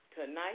Tonight